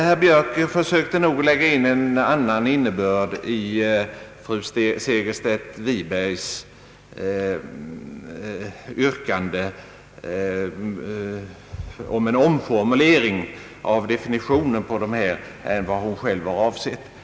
Herr Björk försökte nog lägga in en annan innebörd i fru Segerstedt Wibergs förslag till omformulering av definitionen på dessa undersökningar än hon själv avsett.